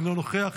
אינו נוכח,